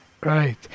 right